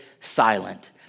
silent